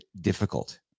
difficult